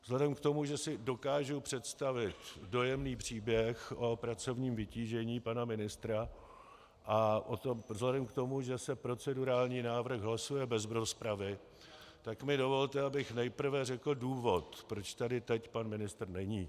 Vzhledem k tomu, že si dokážu představit dojemný příběh o pracovním vytížení pana ministra, a vzhledem k tomu, že se procedurální návrh hlasuje bez rozpravy, tak mi dovolte, abych nejprve řekl důvod, proč tady teď pan ministr není.